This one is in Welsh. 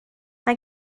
mae